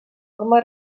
forma